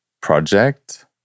project